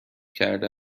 کرده